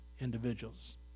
individuals